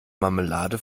marmelade